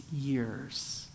years